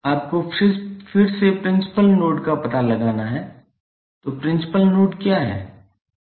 आपको फिर से प्रिंसिपल नोड का पता लगाना है तो प्रिंसिपल नोड क्या हैं